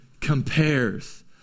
compares